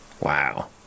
wow